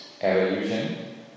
evolution